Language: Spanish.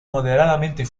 moderadamente